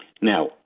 Now